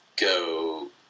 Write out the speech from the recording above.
go